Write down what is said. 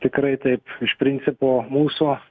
tikrai taip iš principo mūsų